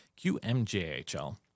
QMJHL